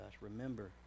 Remember